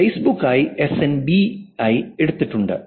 Facebook ആയി S N B ആയി എടുത്തിട്ടുണ്ട്